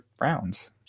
rounds